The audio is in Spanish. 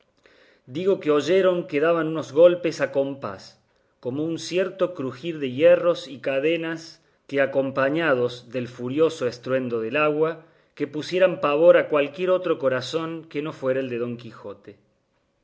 digo que oyeron que daban unos golpes a compás con un cierto crujir de hierros y cadenas que acompañados del furioso estruendo del agua que pusieran pavor a cualquier otro corazón que no fuera el de don quijote